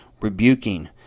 rebuking